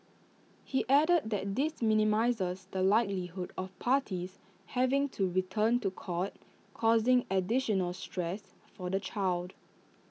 he added that this minimises the likelihood of parties having to return to court causing additional stress for the child